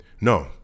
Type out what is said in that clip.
no